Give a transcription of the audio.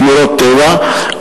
שמורות טבע,